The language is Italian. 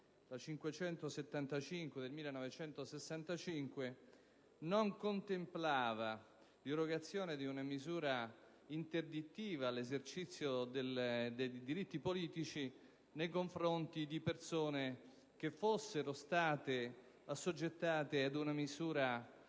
n. 575 del 1965, non contemplava infatti l'irrogazione di una misura interdittiva all'esercizio dei diritti politici nei confronti delle persone che fossero state assoggettate ad una misura